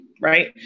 right